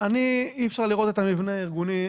אי אפשר לראות את המבנה הארגוני.